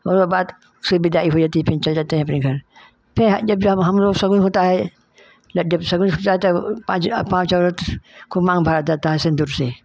और बात फिर विदाई हो जाती है फिर चल जाते हैं अपने घर फिर हा जब जब हम लोग सभी होता है लब जब सभी हो जाता है पाँच आ पाँच औरत को मांग भरा जाता है सिंदूर से